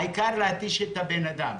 העיקר להתיש את האדם,